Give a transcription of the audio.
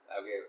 Okay